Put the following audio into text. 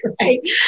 right